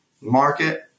market